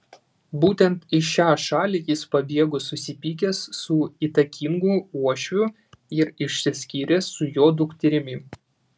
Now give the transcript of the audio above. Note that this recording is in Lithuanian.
būtent į šią šalį jis pabėgo susipykęs su įtakingu uošviu ir išsiskyręs su jo dukterimi